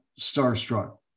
starstruck